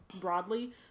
broadly